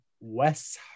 Wes